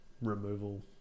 removal